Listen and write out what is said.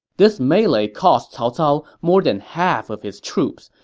this melee cost cao cao more than half of his troops,